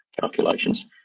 calculations